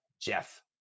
Jeff